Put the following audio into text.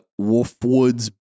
Wolfwood's